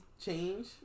change